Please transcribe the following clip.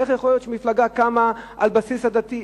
איך יכול להיות שמפלגה קמה על בסיס עדתי,